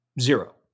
zero